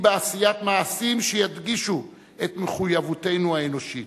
בעשיית מעשים שידגישו את מחויבותנו האנושית,